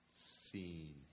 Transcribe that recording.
seen